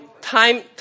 Time